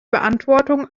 beantwortung